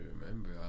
remember